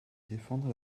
défendre